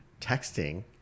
texting